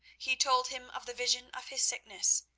he told him of the vision of his sickness,